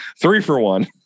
three-for-one